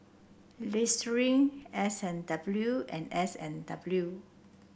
Listerine S and W and S and W